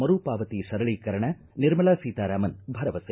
ಮರು ಪಾವತಿ ಸರಳೀಕರಣ ನಿರ್ಮಲಾ ಸೀತಾರಾಮನ್ ಭರವಸೆ